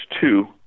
two